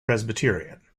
presbyterian